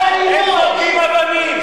לא נכון, אני הייתי בבילעין והם זורקים אבנים.